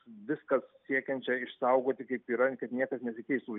viskas siekiančią išsaugoti kaip yra kad niekas nesikeistų